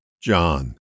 John